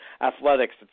athletics